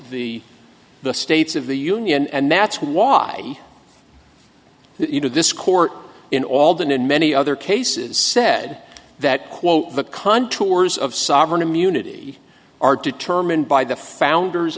the the states of the union and that's why you know this court in all than in many other cases said that quote the contours of sovereign immunity are determined by the founder